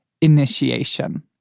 initiation